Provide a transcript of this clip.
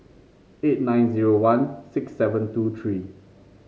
eight nine zero one six seven two three